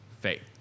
faith